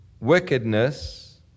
wickedness